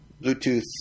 bluetooth